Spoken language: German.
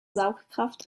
saugkraft